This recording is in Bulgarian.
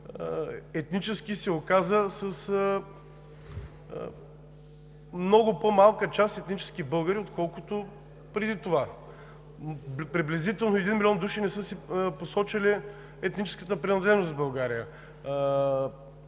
етнически се оказа с много по-малка част етнически българи, отколкото преди това. В България приблизително един милион души не са посочили етническата си принадлежност. Само